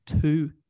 two